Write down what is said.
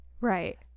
Right